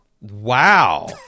Wow